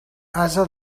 ase